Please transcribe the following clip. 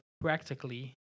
practically